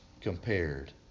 compared